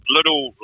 little